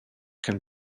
can